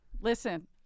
listen